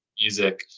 music